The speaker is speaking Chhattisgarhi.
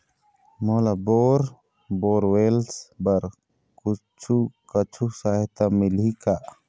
मोला बोर बोरवेल्स बर कुछू कछु सहायता मिलही का?